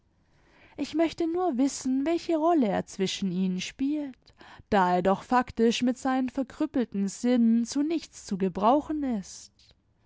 ich möchte nur wissen welche rolle er zwischen ihnen spielt da er doch faktisch mit seinen verkrüppelten sinnen zu nichts zu gebrauchen ist